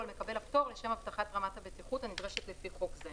על מקבל הפטור לשם הבטחת רמת הבטיחות הנדרשת לפי חוק זה.